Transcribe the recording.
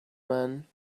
man